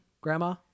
grandma